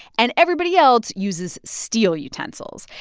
and everybody else uses steel utensils.